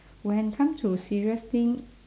when come to serious thing